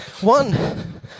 One